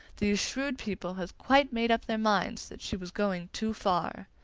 these shrewd people had quite made up their minds that she was going too far.